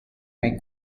may